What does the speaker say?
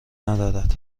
ندارد